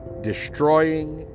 destroying